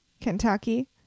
Kentucky